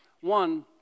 One